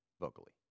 vocally